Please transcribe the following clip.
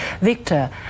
Victor